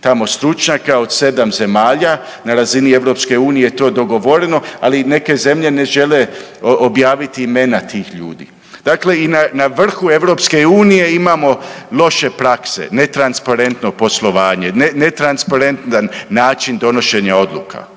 tamo stručnjaka, od 7 zemalja na razini EU, to je dogovoreno, ali neke zemlje ne žele objaviti imena tih ljudi. Dakle i na vrhu EU imamo loše prakse, netransparentno poslovanje, netransparentan način donošenja odluka.